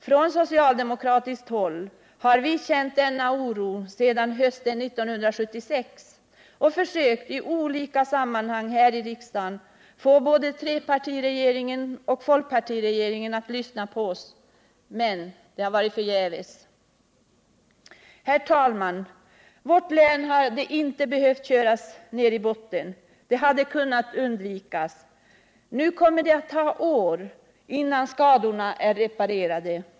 Från socialdemokratiskt håll har vi känt denna oro ända sedan hösten 1976 och i olika sammanhang här i riksdagen försökt få både trepartiregeringen och folkpartiregeringen att lyssna på oss. Men det har varit förgäves. Herr talman! Vårt län hade inte behövt ”köras ner i botten” — det hade kunnat undvikas. Nu kommer det att ta år innan skadorna är reparerade.